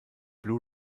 blu